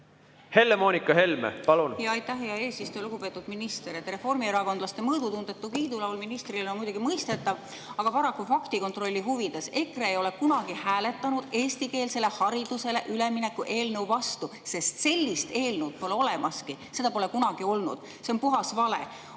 Helle-Moonika Helme, palun! Aitäh, hea eesistuja! Lugupeetud minister! Reformierakondlaste mõõdutundetu kiidulaul ministrile on muidugi mõistetav, aga paraku faktikontrolli huvides: EKRE ei ole kunagi hääletanud eestikeelsele haridusele ülemineku eelnõu vastu, sest sellist eelnõu pole olemaski, seda pole kunagi olnud. See on puhas vale.